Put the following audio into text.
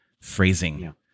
phrasing